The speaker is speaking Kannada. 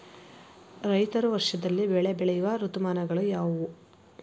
ರೈತರು ವರ್ಷದಲ್ಲಿ ಬೆಳೆ ಬೆಳೆಯುವ ಋತುಮಾನಗಳು ಯಾವುವು?